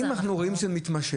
אם אנחנו רואים שזה מתמשך,